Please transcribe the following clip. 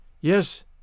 Yes